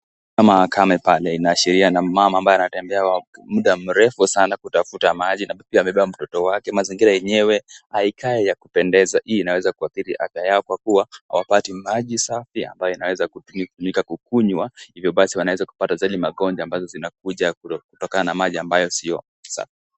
Makame pale inaashiria na mmama ambaye anatembea muda mrefu sana kutafuta maji amebeba mtoto wake mazingira yenyewe haikai ya kupendeza inaweza kuadhiri afya yako kuwa hawapati maji safi ambaoyo inaweza kutumika kukunywa hivyo basi wanaweza kupata saidi magonjwa ambazo zinakuja kutokana na maji ambayo sio safi.